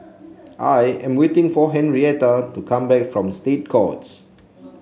I am waiting for Henrietta to come back from State Courts